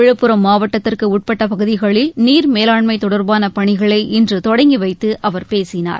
விழுப்புரம் மாவட்டத்திற்கு உட்பட்ட பகுதிகளில் நீர்மேலாண்மை தொடர்பான பணிகளை இன்று தொடங்கி வைத்து அவர் பேசினார்